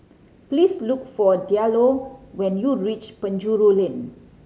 please look for Diallo when you reach Penjuru Lane